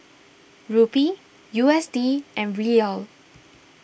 Rupee U S D and Riyal